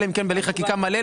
אלא בהליך חקיקה מלא,